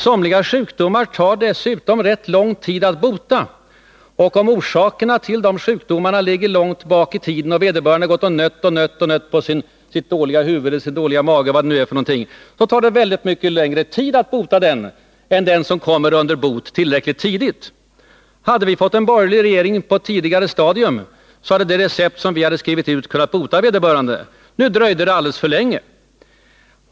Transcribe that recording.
Somliga sjukdomar tar det dessutom rätt lång tid att bota, och om orsakerna till de sjukdomarna ligger långt tillbaka i tiden och vederbörande har gått och nött på sitt dåliga huvud eller sin dåliga mage eller vad det nu kan vara, så tar det mycket längre tid att bota den patienten än den som kommer under vård tillräckligt tidigt. Hade vi fått en borgerlig regering på ett tidigare stadium, så hade det recept som vi hade skrivit ut kunnat bota vederbörande. Nu dröjde det alldeles för länge.